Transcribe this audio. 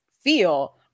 feel